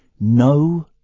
No